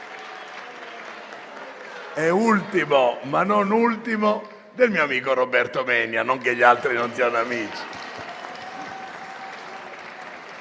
e ultimo, ma non ultimo, del mio amico Roberto Menia, e non che gli altri non siano amici.